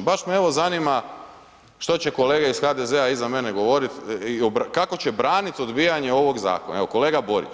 Baš me evo zanima što će kolege iz HDZ-a iza mene govorit i kako će branit odbijanje ovog zakona, evo kolega Borić